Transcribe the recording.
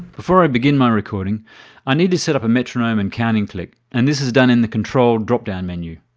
before i begin recording i need to set up a metronome and count in click and this is done in the control drop down menu.